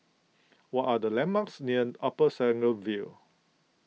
what are the landmarks near Upper Serangoon View